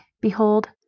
Behold